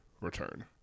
return